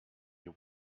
you